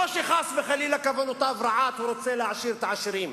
לא שחס וחלילה כוונותיו רעות והוא רוצה להעשיר את העשירים.